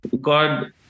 God